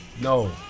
No